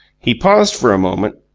he paused for a moment,